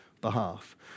behalf